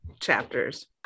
chapters